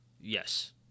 Yes